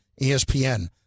ESPN